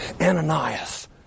Ananias